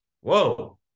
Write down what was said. whoa